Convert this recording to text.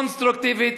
קונסטרוקטיבית,